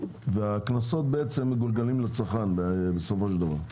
והקנסות מגולגלים לצרכן בסופו של דבר.